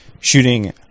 shooting